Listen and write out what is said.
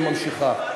היא ממשיכה.